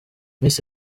miss